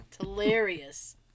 hilarious